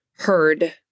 heard